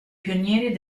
pionieri